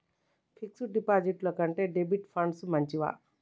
Fix డ్ డిపాజిట్ల కంటే డెబిట్ ఫండ్స్ మంచివా?